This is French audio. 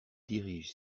dirige